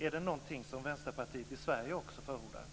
Är det något som Vänsterpartiet i Sverige också förordar?